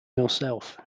yourself